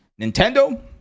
Nintendo